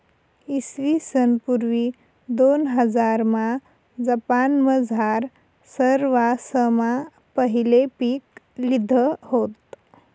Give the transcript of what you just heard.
इसवीसन पूर्व दोनहजारमा जपानमझार सरवासमा पहिले पीक लिधं व्हतं